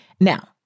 Now